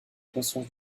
conscience